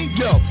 yo